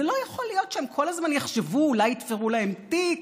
זה לא יכול להיות שהם כל הזמן יחשבו: אולי יתפרו להם תיק,